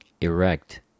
Erect